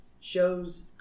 shows